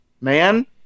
Man